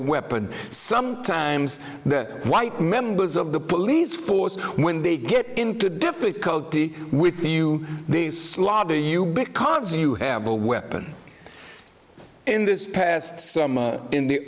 weapon sometimes the white members of the police force when they get into difficulty with you the slobber you because you have a weapon in this past summer in the